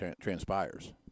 transpires